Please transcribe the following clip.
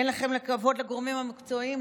אין לכם לכבוד לגורמים המקצועיים,